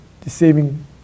deceiving